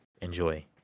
Enjoy